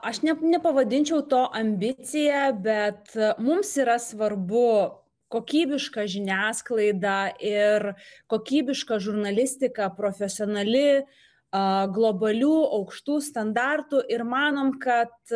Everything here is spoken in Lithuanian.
aš net nepavadinčiau to ambicija bet mums yra svarbu kokybiška žiniasklaida ir kokybiška žurnalistika profesionali a globalių aukštų standartų ir manom kad